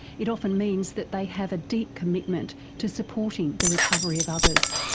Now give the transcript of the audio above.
it often means that they have a deep commitment to supporting the recovery of others.